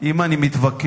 אם אני מתווכח,